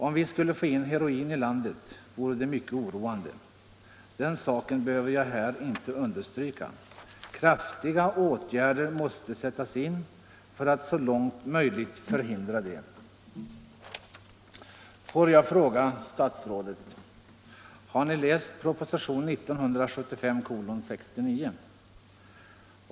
Om vi skulle få in heroin i landet vore det mycket oroande. Den saken behöver jag här inte understryka. Kraftiga åtgärder måste sättas in för att så långt möjligt förhindra det.” Får jag fråga statsrådet: Har ni läst propositionen 1975:69?